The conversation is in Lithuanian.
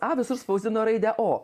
a visur spausdino raidę o